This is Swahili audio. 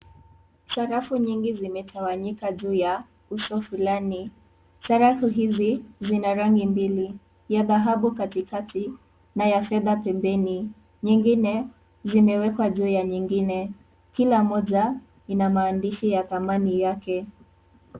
Sarafu nyingi zimetawanyika juu ya uso fulani sarafu hizi zina rangi mbili ya dhahabu katikati na ya fedha pembeni nyingine zimewekwa juu ya nyingine kila moja ina maandishi ya dhamani yake.